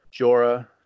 Jorah